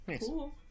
Cool